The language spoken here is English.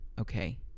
okay